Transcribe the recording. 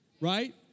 right